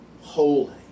holy